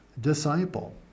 disciple